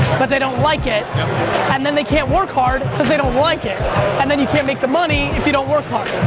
but they don't like it and then they can't work hard cause they don't like it and then you can't make the money if you don't work hard.